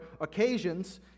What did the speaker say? occasions